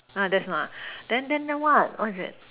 !huh! that's not ah then then then what what is it